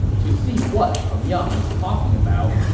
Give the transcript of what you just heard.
to see what peng yang is talking about,